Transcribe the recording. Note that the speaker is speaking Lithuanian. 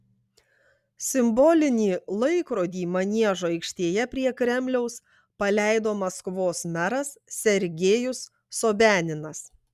simbolinį laikrodį maniežo aikštėje prie kremliaus paleido maskvos meras sergejus sobianinas